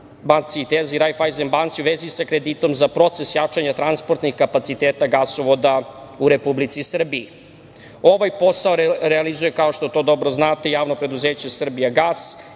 Banci „Intezi“ i „Rajfajzen“ Banci u vezi sa kreditom za proces jačanja transportnih kapaciteta gasovoda u Republici Srbiji. Ovaj posao realizuje, kao što to dobro znate i Javno preduzeće „Srbija gas“